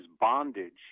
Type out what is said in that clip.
bondage